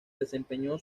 desempeñó